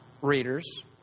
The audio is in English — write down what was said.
readers